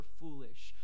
foolish